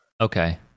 Okay